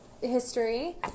history